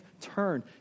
turn